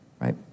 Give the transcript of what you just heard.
right